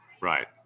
Right